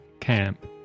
camp